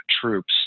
troops